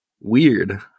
weird